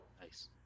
Nice